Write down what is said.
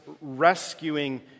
rescuing